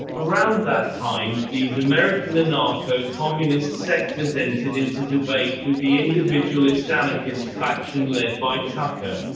around that time, these american anarcho-communist sectors entered into debate with the individualist anarchist faction led by tucker.